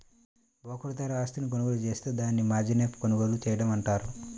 broker ద్వారా ఆస్తిని కొనుగోలు జేత్తే దాన్ని మార్జిన్పై కొనుగోలు చేయడం అంటారు